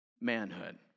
manhood